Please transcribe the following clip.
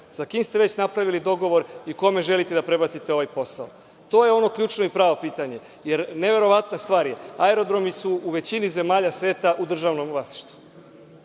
sa kim ste već napravili dogovor i kome želite da prebacite ovaj posao? To je ono ključno i pravo pitanje, jer, neverovatna stvar, aerodromi su u većini zemalja sveta u državnom vlasništvu.